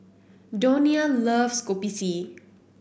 Donia loves Kopi C